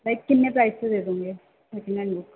ਲਾਇਕ ਕਿੰਨੇ ਪ੍ਰਾਈਸ 'ਤੇ ਦੇ ਦਓਗੇ ਸੈਕਿੰਡ ਹੈਂਡ ਬੁੱਕ